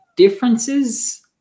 Differences